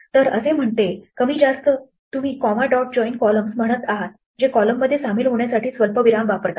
तर असे म्हणते कमी जास्त तुम्ही comma dot join columns म्हणत आहात जे कॉलममध्ये सामील होण्यासाठी स्वल्पविराम वापरतात